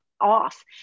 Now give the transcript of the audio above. off